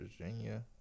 Virginia